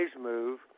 move